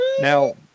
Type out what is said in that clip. Now